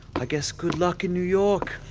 i guess good luck in new york.